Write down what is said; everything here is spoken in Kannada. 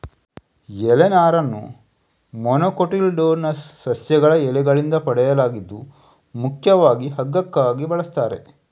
ಎಲೆ ನಾರನ್ನ ಮೊನೊಕೊಟಿಲ್ಡೋನಸ್ ಸಸ್ಯಗಳ ಎಲೆಗಳಿಂದ ಪಡೆಯಲಾಗಿದ್ದು ಮುಖ್ಯವಾಗಿ ಹಗ್ಗಕ್ಕಾಗಿ ಬಳಸ್ತಾರೆ